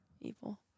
evil